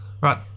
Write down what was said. Right